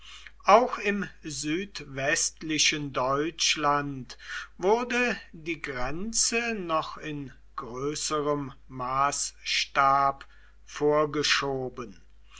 auch im südwestlichen deutschland wurde die grenze noch in größerem maßstab vorgeschoben